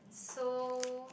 so